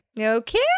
Okay